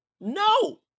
No